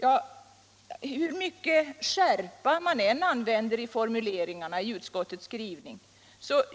Det hjälper ju inte hur mycket skärpa man än använder i formuleringarna i utskottets skrivning,